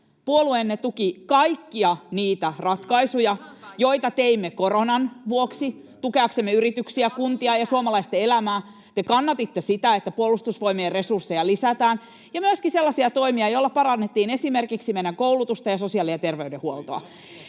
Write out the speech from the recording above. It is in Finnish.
Tuppurainen: Ihan kaikkia!] joita teimme koronan vuoksi tukeaksemme yrityksiä, kuntia ja suomalaisten elämää. Te kannatitte sitä, että Puolustusvoimien resursseja lisätään, [Kimmo Kiljunen: Poliisia!] ja myöskin sellaisia toimia, joilla parannettiin esimerkiksi meidän koulutusta ja sosiaali‑ ja terveydenhuoltoa.